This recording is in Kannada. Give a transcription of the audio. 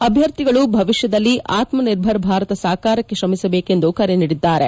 ಅಭ್ಯರ್ಥಿಗಳು ಭವಿಷ್ಠದಲ್ಲಿ ಆತ್ಮನಿರ್ಭರ ಭಾರತ ಸಾಕಾರಕ್ಷೆ ಶ್ರಮಿಸಬೇಕು ಎಂದು ಕರೆ ನೀಡಿದ್ದಾರೆ